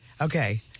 Okay